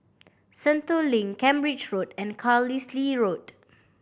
Sentul Link Cambridge Road and Carlisle Road